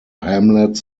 hamlets